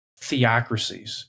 theocracies